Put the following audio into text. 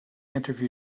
interview